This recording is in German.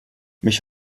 mich